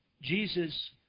Jesus